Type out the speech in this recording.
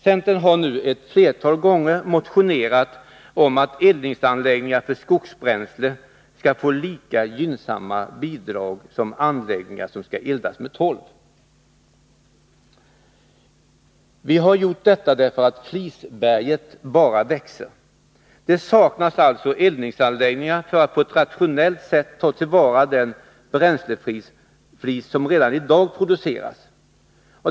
Centern har ett flertal gånger motionerat om att lika gynnsamma bidrag skall utgå både när det gäller anläggningar som eldas med skogsbränsle och när det gäller anläggningar som eldas med torv. Vi har motionerat om detta, därför att flisberget bara växer. Det finns alltså inte tillräckligt med eldningsanläggningar för att man på ett rationellt sätt skall kunna ta till vara den bränsleflis som redan i dag produceras.